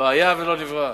לא היה ולא נברא.